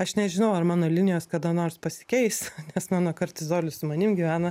aš nežinau ar mano linijos kada nors pasikeis nes mano kartizolis su manim gyvena